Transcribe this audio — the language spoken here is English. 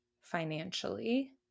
financially